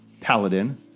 paladin